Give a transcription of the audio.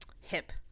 hip